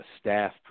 staff